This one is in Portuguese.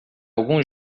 algum